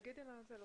תודה.